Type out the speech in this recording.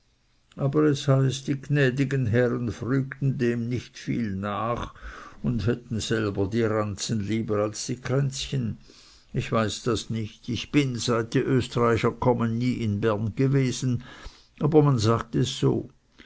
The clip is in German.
aber es heißt die gnädigen herren frügen dem nicht viel nach und hätten selbst die ranzen lieber als die kränzchen ich weiß das nicht ich bin seit die östreicher gekommen nie in bern gewesen aber man sagt es so